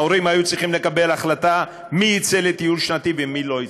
ההורים היו צריכים לקבל החלטה מי יצא לטיול ומי לא יצא.